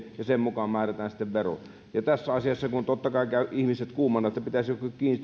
ja sen mukaan määrätään sitten vero tässä asiassa totta kai käyvät ihmiset kuumana sen suhteen pitäisikö